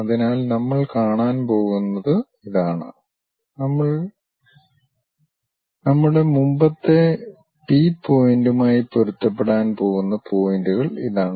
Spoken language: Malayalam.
അതിനാൽ നമ്മൾ കാണാൻ പോകുന്നത് ഇതാണ് നമ്മുടെ മുമ്പത്തെ പി പോയിന്റുമായി പൊരുത്തപ്പെടാൻ പോകുന്ന പോയിന്റുകൾ ഇതാണ്